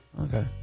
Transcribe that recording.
Okay